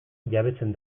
jabetzen